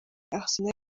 arsenal